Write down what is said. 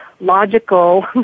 logical